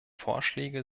vorschläge